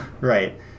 right